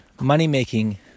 money-making